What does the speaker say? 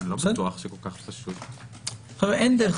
אין דרך